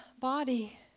body